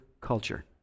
culture